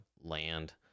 land